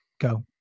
go